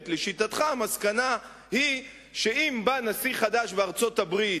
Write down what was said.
לשיטתך המסקנה היא שאם בא נשיא חדש לארצות-הברית,